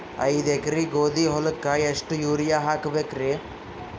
ಐದ ಎಕರಿ ಗೋಧಿ ಹೊಲಕ್ಕ ಎಷ್ಟ ಯೂರಿಯಹಾಕಬೆಕ್ರಿ?